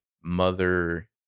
mother